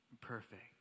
perfect